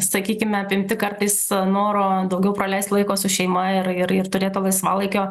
sakykime apimti kartais noro daugiau praleist laiko su šeima ir ir ir turėt to laisvalaikio